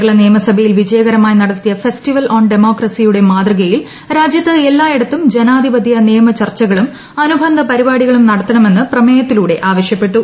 കേരള നിയമസഭയിൽ വിജയകരമായി നടത്തിയ ഫെസ്റ്റിവൽ ഓൺ ഡെമോക്രസിയുടെ മാതൃകയിൽ രാജ്യത്തെല്ലായിടത്തും ജനാധിപതൃ നിയമ ചർച്ചകളും അനുബന്ധ പരിപാടികളും നടത്തണമെന്നു പ്രമേയത്തിലൂടെ ആവശ്യപ്പെട്ടു